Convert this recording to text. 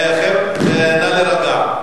אני נגד כל הפגנה ביפו בסגנון הזה.